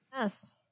Yes